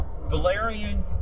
Valerian